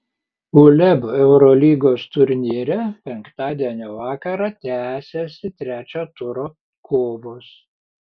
uleb eurolygos turnyre penktadienio vakarą tęsiasi trečio turo kovos